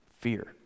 fear